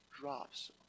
drops